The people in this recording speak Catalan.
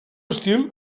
estil